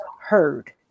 heard